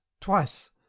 twice